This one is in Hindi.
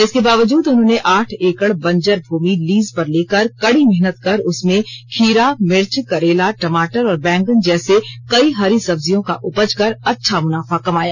इसके बावजूद उन्होंने आठ एकड़ बंजर भूमि लीज पर लेकर कड़ी मेहनत उसमें खीरा मिर्च करेला टमाटर और बेंगन जैसे कई हरी सब्जियों का उपज कर अच्छा मुनाफा कमाया